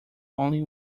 only